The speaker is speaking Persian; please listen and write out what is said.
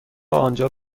آنجا